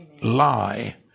lie